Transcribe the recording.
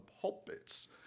pulpits